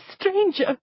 stranger